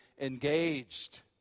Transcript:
engaged